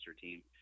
team